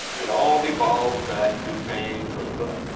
it all devolves back to bang for the buck,